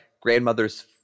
grandmothers